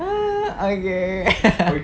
ah okay